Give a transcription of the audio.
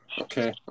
okay